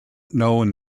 known